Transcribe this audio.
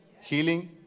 healing